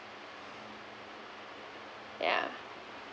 yeah